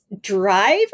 driver